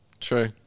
True